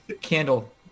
Candle